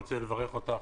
אני רוצה לברך אותך,